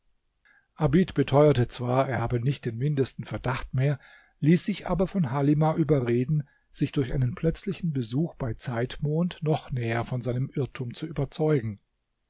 abid beteuerte zwar er habe nicht den mindesten verdacht mehr ließ sich aber von halimah überreden sich durch einen plötzlichen besuch bei zeitmond noch näher von seinem irrtum zu überzeugen